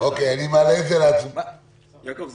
אני מעלה את התקנות להצבעה.